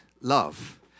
love